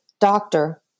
doctor